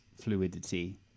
fluidity